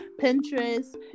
Pinterest